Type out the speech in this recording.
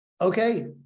Okay